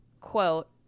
quote